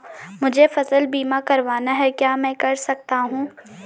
मुझे फसल बीमा करवाना है क्या मैं कर सकता हूँ?